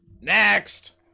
Next